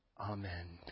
Amen